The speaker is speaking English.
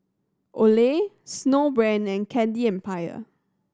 Olay Snowbrand and Candy Empire